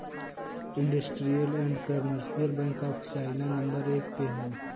industrial and commercial bank of China number एक पे हौ